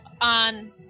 on